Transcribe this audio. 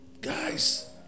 Guys